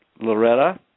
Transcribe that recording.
Loretta